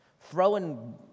throwing